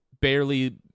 barely